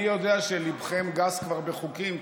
אני יודע שליבכם גס כבר בחוקים,